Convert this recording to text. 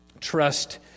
trust